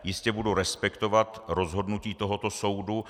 Jistě budu respektovat rozhodnutí tohoto soudu.